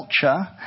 culture